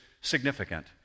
significant